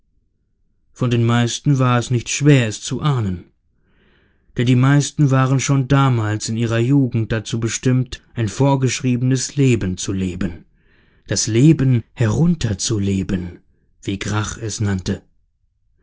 von den meisten war es nicht schwer es zu ahnen denn die meisten waren schon damals in ihrer jugend dazu bestimmt ein vorgeschriebenes leben zu leben das leben herunterzuleben wie grach es nannte